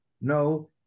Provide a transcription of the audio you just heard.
no